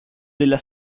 della